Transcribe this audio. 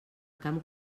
camp